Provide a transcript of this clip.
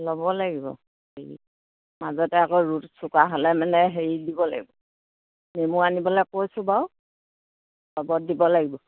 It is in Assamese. ল'ব লাগিব হেৰি মাজতে আকৌ ৰদ চোকা হ'লে মানে হেৰি দিব লাগিব নেমু আনিবলে কৈছোঁ বাৰু চৰ্বত দিব লাগিব